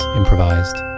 improvised